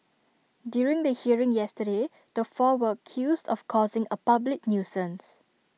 during the hearing yesterday the four were accused of causing A public nuisance